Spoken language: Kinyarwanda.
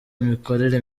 imikorere